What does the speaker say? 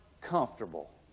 comfortable